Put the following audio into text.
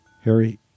Harry